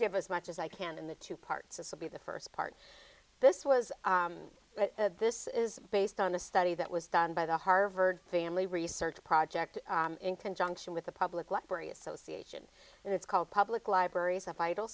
give us much as i can in the two parts of will be the first part this was a this is based on a study that was done by the harvard family research project in conjunction with the public library association and it's called public libraries have title